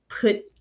put